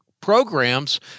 programs